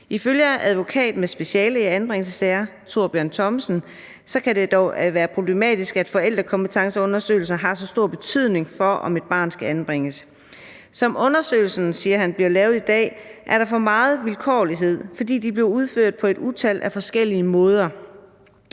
Ifølge advokat med speciale i anbringelsessager Thorbjørn Thomsen kan det dog være problematisk, at forældrekompetenceundersøgelser har så stor betydning for, om et barn skal anbringes. Som undersøgelsen, siger han, bliver lavet i dag, er der for meget vilkårlighed, fordi de bliver udført på et utal af forskellige måder.